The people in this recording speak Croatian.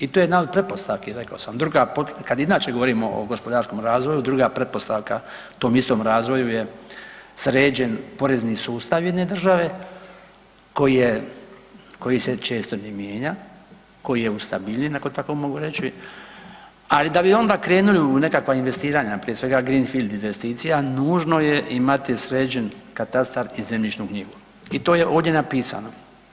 I to je jedna od pretpostavki rekao sam, kad inače govorimo o gospodarskom razvoju druga pretpostavka tom istom razvoju je sređen porezni sustav jedne države koji se često ne mijenja, koji je ustabiljen ako tako mogu reći, ali da bi onda krenuli u nekakva investiranja, prije svega greenfield investicija nužno je imati sređen katastar i zemljišnu knjigu i to je ovdje napisano.